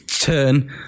turn